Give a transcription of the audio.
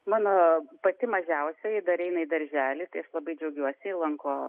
mano pati mažiausioji dar eina į darželį tai aš labai džiaugiuosi ji lanko